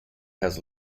has